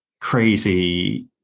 crazy